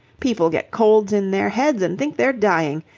people get colds in their heads and think they're dying.